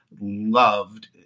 loved